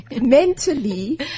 mentally